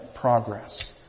progress